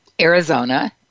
Arizona